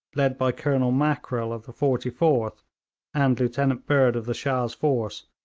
led by colonel mackrell of the forty fourth and lieutenant bird of the shah's force,